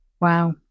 Wow